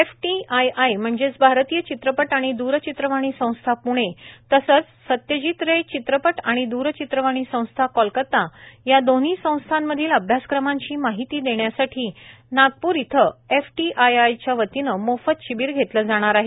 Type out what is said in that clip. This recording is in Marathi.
एफटीआयआय म्हणजेच आरतीय चित्रपट आणि द्ररचित्रवाणी संस्था पृणे तसेच सत्यजीत रे चित्रपट आणि दूरचित्रवाणी संस्था कोलकाता या दोन्ही संस्थांमधील अभ्यासक्रमांची माहिती देण्यासाठी नागपूर इथं एफटीआयआयच्या वतीने मोफत शिबीर घेतले जाणार आहे